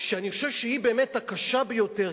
שאני חושב שהיא באמת הקשה ביותר,